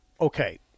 Okay